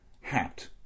hat